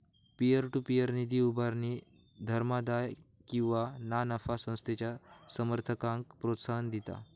peer to peer निधी उभारणी धर्मादाय किंवा ना नफा संस्थेच्या समर्थकांक प्रोत्साहन देता